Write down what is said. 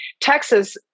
Texas